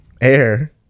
Air